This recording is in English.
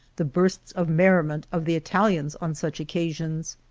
the bursts of merriment of the italians on such occasions.